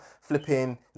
flipping